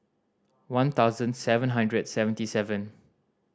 one thousand seven hundred seventy seven